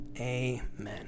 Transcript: Amen